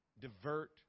divert